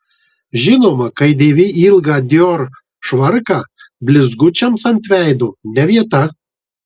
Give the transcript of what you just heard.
žinoma kai dėvi ilgą dior švarką blizgučiams ant veido ne vieta